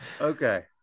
Okay